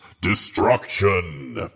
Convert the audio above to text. destruction